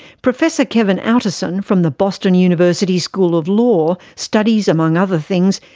professor kevin outterson, from the boston university school of law, studies, among other things,